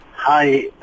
hi